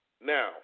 now